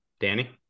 Danny